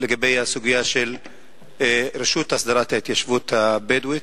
לסוגיה של רשות הסדרת ההתיישבות הבדואית.